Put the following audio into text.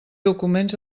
documents